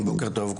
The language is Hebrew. בוקר טוב.